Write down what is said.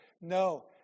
No